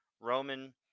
Roman